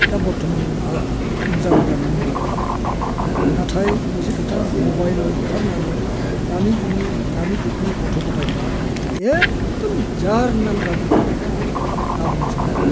दा बरथ'मान मोजां जानानै दं आरोखि नाथाय मोनसे खोथा मबाइल ओंखारनानै दानि जुगनि दानि जुगनि गथ' गथायफ्रा एखदम जार नाम गाज्रिजाबायना दाबुंसै आरो